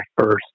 first